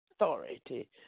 authority